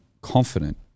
confident